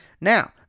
Now